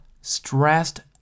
stressed